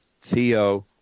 Theo